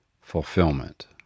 fulfillment